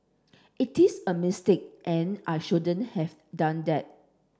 it is a mistake and I shouldn't have done that